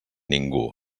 ningú